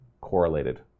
correlated